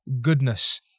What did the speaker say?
goodness